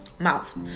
mouth